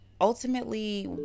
ultimately